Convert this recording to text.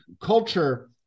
culture